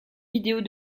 vidéos